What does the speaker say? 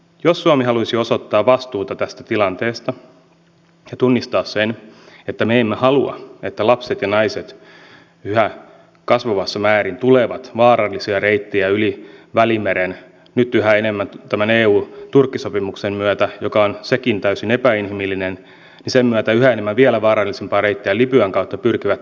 jos suomi haluaisi osoittaa vastuuta tästä tilanteesta ja tunnistaa sen että me emme halua että lapset ja naiset yhä kasvavassa määrin tulevat vaarallisia reittejä yli välimeren nyt yhä enemmän tämän euturkkisopimuksen myötä joka on sekin täysin epäinhimillinen sen myötä yhä enemmän vielä vaarallisempaa reittiä libyan kautta pyrkivät